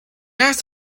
asked